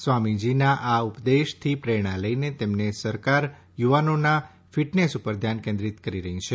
સ્વામીજીના આ ઉપદેશથી પ્રેરણા લઇને તેમની સરકાર યુવાનોના ફિટનેસ ઉપર ધ્યાન કેન્દ્રિત કરી રહી છે